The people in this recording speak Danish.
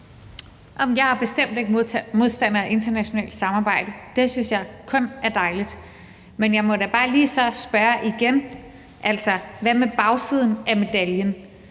Jeg er bestemt ikke modstander af internationalt samarbejde. Det synes jeg kun er dejligt. Men jeg må da så bare lige spørge igen: Hvad med bagsiden af medaljen?